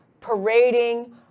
parading